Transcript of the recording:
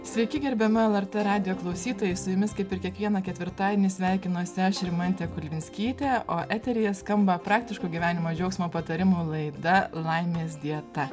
sveiki gerbiami lrt radijo klausytojai su jumis kaip ir kiekvieną ketvirtadienį sveikinuosi aš rimantė kulvinskytė o eteryje skamba praktiškų gyvenimo džiaugsmo patarimų laida laimės dieta